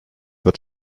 wird